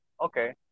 okay